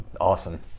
Awesome